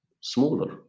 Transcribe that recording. smaller